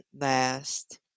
last